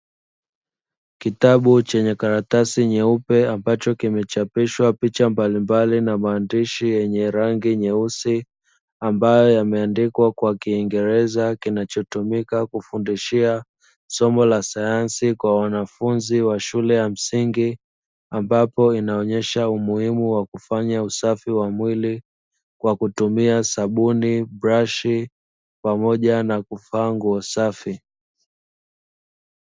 Kitabu chenye karatasi nyeupe ambacho kimechapishwa picha mbalimbali na maandishi yenye rangi nyeusi, ambaye yameandikwa kwa Kiingereza kinachotumika kufundishia somo la sayansi kwa wanafunzi wa shule ya msingi, ambapo inaonyesha umuhimu wa kufanya usafi wa mwili, kwa kutumia sabuni, brashi, pamoja na kuvaa nguo safi.